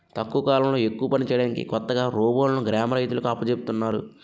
తక్కువ కాలంలో ఎక్కువ పని చేయడానికి కొత్తగా రోబోలును గ్రామ రైతులకు అప్పజెపుతున్నారు